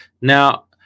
Now